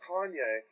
Kanye